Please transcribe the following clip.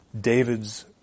David's